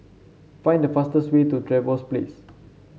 find the fastest way to Trevose Place